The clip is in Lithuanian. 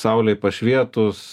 saulei pašvietus